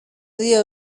dio